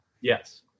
Yes